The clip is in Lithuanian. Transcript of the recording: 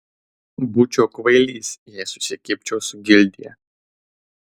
būčiau kvailys jei susikibčiau su gildija